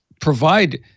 provide